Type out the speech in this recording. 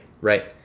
Right